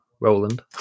Roland